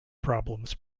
problems